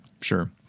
sure